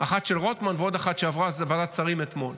האחת של רוטמן ועוד אחת שעברה ועדת שרים אתמול.